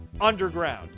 Underground